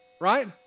right